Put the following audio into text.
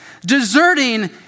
deserting